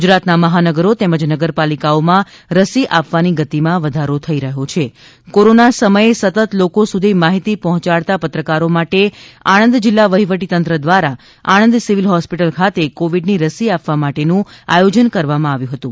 ગુજરાતના મહાનગરો તેમજ નગરપાલિકાઓમાં રસી આપવાની ગતિમાં વધારો થઇ રહ્યો છે કોરોના સમયે સતત લોકો સુધી માહિતી પચોચાડતા પત્રકારો માટે આણંદ જીલ્લા વહિવટી તંત્ર દ્રારા આણંદ સિવીલ હોસ્પીટલ ખાટે કોવિડની રસી આપવા માટેનુ આયોજન કરવામાં આવેલ હતુ